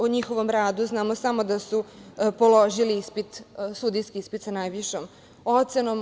O njihovom radu znamo samo da su položili sudijski ispit sa najvišom ocenom.